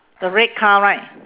the red car right